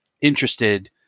interested